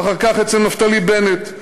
ואחר כך אצל נפתלי בנט,